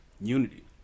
Unity